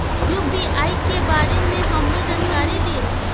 UPI के बारे में हमरो जानकारी दीय?